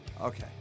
Okay